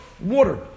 water